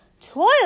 Toilet